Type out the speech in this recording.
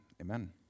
amen